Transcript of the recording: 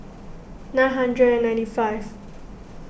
nine hundred and ninety five